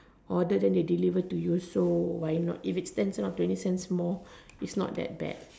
order then they deliver to you so why not if it's ten cents or twenty cents more it's not that bad